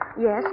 Yes